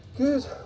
Good